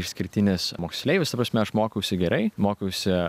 išskirtinis moksleivis ta prasme aš mokiausi gerai mokiausi